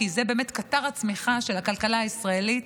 כי זה באמת קטר הצמיחה של הכלכלה הישראלית,